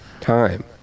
Time